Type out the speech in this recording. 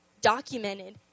documented